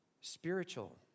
spiritual